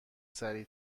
سریع